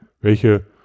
welche